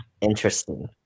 interesting